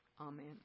Amen